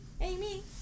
Amy